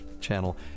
Channel